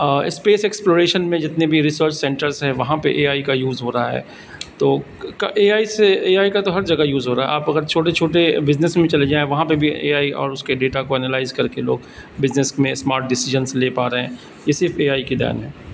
space exploration میں جتنے بھی ریسرچ سینٹرس ہیں وہاں پہ اے آئی کا یوز ہو رہا ہے تو کا اے آئی سے اے آئی کا تو ہر جگہ یوز ہو رہا ہے آپ اگر چھوٹے چھوٹے بزنس میں بھی چلے جائیں وہاں پہ بھی اے آئی اور اس کے ڈیٹا کو انالائز کر کے لوگ بزنس میں اسمارٹ ڈسیجنس لے پا رہے ہیں یہ صرف اے آئی کی دان ہے